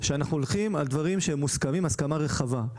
שאנחנו הולכים על דברים שמוסכמים בהסכמה רחבה.